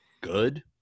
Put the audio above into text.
good